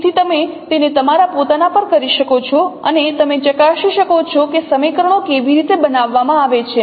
તેથી તમે તેને તમારા પોતાના પર કરી શકો છો અને તમે ચકાસી શકો છો કે સમીકરણો કેવી રીતે બનાવવામાં આવે છે